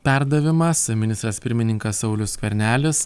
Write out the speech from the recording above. perdavimas ministras pirmininkas saulius skvernelis